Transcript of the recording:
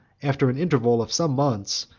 after an interval of some months,